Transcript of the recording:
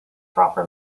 proper